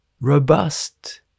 Robust